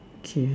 okay